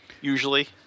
Usually